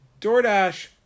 DoorDash